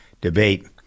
debate